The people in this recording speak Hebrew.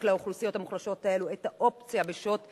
לאוכלוסיות המוחלשות האלה את האופציה בשעות החירום,